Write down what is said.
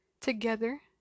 together